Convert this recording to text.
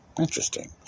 Interesting